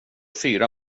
fyra